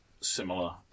similar